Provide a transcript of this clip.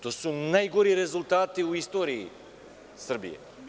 To su najgori rezultati u istoriji Srbije.